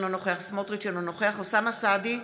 אינו נוכח בצלאל סמוטריץ' אינו נוכח אוסאמה סעדי,